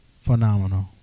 phenomenal